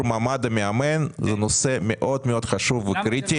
מעמד המאמן הוא נושא מאוד מאוד חשוב וקריטי.